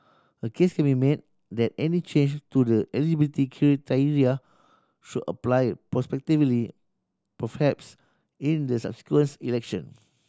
a case can be made that any change to the eligibility criteria should apply prospectively perhaps in the subsequent election